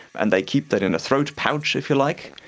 and they keep that in a throat pouch, if you like,